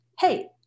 hey